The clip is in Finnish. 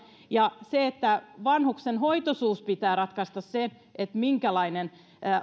ja vanhuksen hoitoisuuden pitää ratkaista se minkälainen